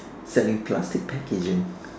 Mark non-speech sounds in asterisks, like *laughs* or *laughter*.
selling plastic packaging *laughs*